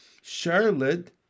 Charlotte